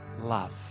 love